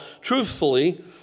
truthfully